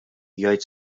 jgħid